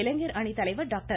இளைஞர் அணிவத்தலைவர் டாக்டர்